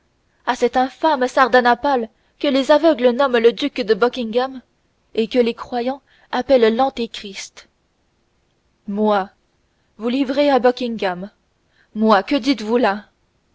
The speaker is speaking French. à cet infâme sardanapale que les aveugles nomment le duc de buckingham et que les croyants appellent l'antéchrist moi vous livrer à buckingham moi que dites-vous là